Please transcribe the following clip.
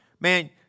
Man